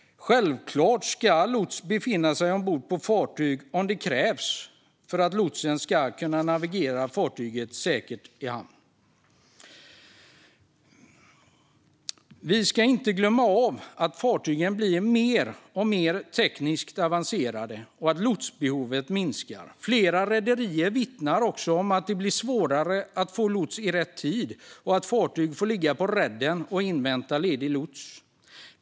Självklart ska lots befinna sig ombord på fartyg om det krävs för att kunna navigera fartyget säkert i hamn. Vi ska dock inte glömma att fartygen blir mer och mer tekniskt avancerade och att lotsbehovet minskar. Flera rederier vittnar också om att det blir svårare att få lots i rätt tid och att fartyg får ligga på redden och invänta ledig lots.